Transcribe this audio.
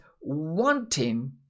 wanting